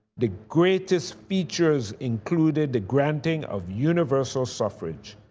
the greatest features included the granting of universal sufferage.